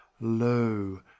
lo